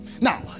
Now